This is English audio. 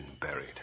buried